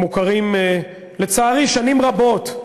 המוכרים, לצערי, שנים רבות,